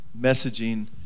messaging